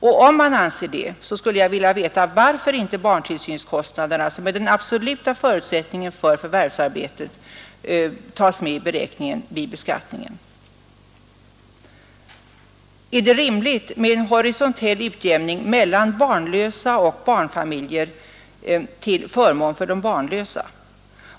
Och om han anser det, skulle jag vilja veta varför inte barntillsynskostnaderna, som är den absoluta förutsättningen för förvärvsarbete, tas med i beräkningen vid beskattningen. Är det rimligt med en horisontell utjämning mellan barnlösa och barnfamiljer till förmån för de barnlösa?